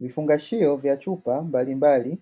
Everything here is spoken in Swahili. Vifungashio vya chupa mbalimbali,